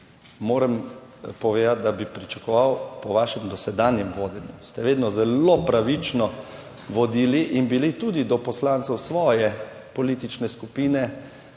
Moram povedati, da bi pričakoval, po vašem dosedanjem vodenju ste vedno zelo pravično vodili in bili tudi do poslancev svoje politične skupine,